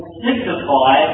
signify